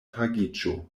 tagiĝo